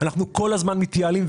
אנחנו כל הזמן מתייעלים,